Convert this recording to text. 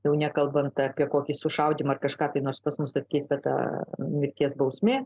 jau nekalbant apie kokį sušaudymą ar ažką nors pas mus akistata mirties bausmė